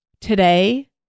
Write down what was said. today